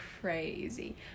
crazy